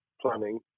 planning